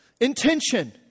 intention